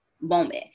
moment